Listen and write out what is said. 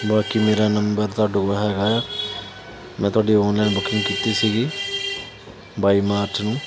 ਬਾਕੀ ਮੇਰਾ ਨੰਬਰ ਤੁਹਾਡੇ ਕੋਲ ਹੈਗਾ ਆ ਮੈਂ ਤੁਹਾਡੀ ਔਨਲਾਈਨ ਬੁਕਿੰਗ ਕੀਤੀ ਸੀਗੀ ਬਾਈ ਮਾਰਚ ਨੂੰ